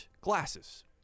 glasses